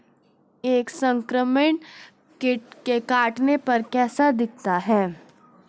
एक संक्रमित कीट के काटने पर कैसा दिखता है?